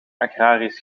agrarisch